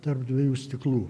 tarp dviejų stiklų